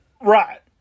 Right